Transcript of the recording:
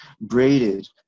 braided